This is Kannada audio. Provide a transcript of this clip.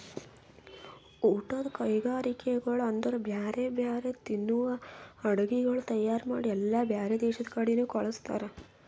ಊಟದ್ ಕೈಗರಿಕೆಗೊಳ್ ಅಂದುರ್ ಬ್ಯಾರೆ ಬ್ಯಾರೆ ತಿನ್ನುವ ಅಡುಗಿಗೊಳ್ ತೈಯಾರ್ ಮಾಡಿ ಎಲ್ಲಾ ಬ್ಯಾರೆ ದೇಶದ ಕಡಿನು ಕಳುಸ್ತಾರ್